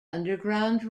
underground